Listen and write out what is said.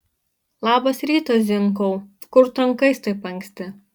labas rytas zinkau kur trankais taip anksti